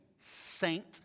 Saint